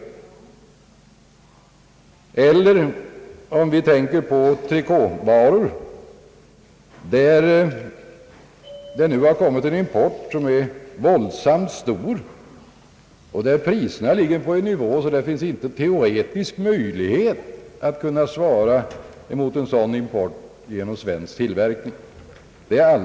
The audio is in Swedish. Beträffande trikåvaror har det nu kommit en våldsamt stor import, och priserna ligger på en sådan nivå att det är alldeles omöjligt att konkurrera med svensk tillverkning.